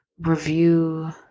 review